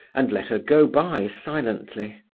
and let her go by silently.